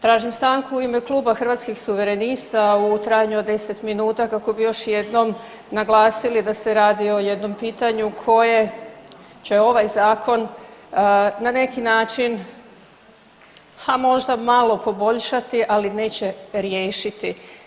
Tražim stanku u ime Kluba Hrvatskih suverenista u trajanju od 10 minuta kako bi još jednom naglasili da se radi o jednom pitanju koje će ovaj zakon na neki način ha možda malo poboljšati, ali neće riješiti.